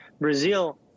Brazil